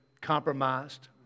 compromised